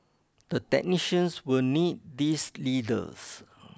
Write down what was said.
the technicians will need these leaders